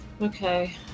Okay